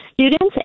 students